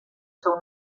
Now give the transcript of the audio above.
seu